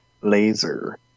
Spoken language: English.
Laser